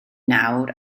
nawr